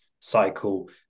cycle